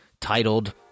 titled